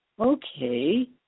Okay